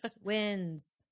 wins